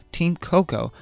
TeamCoco